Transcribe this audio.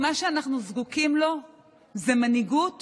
מה שעם ישראל זקוק לו בראש ובראשונה זה מנהיגות